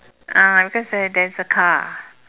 uh because there there's a car